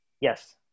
yes